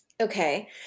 Okay